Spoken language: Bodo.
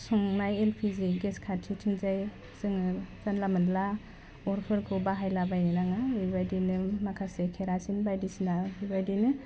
संनाय एलपिजि गेस खाथिथिंजाय जोङो जानला मोनला अरफोरखौ बाहायला बायनो नाङा बेबायदिनो माखासे खेरासिन बायदिसिना बेबायदिनो